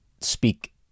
speak